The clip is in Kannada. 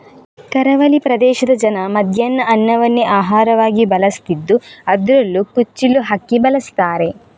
ಕರಾವಳಿ ಪ್ರದೇಶದ ಜನ ಮಧ್ಯಾಹ್ನ ಅನ್ನವನ್ನೇ ಆಹಾರವಾಗಿ ಬಳಸ್ತಿದ್ದು ಅದ್ರಲ್ಲೂ ಕುಚ್ಚಿಲು ಅಕ್ಕಿ ಬಳಸ್ತಾರೆ